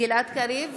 גלעד קריב,